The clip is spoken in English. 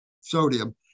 sodium